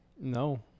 No